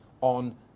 on